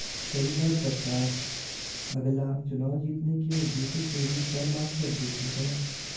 कई बार सरकार अगला चुनाव जीतने के उद्देश्य से भी कर माफ कर देती है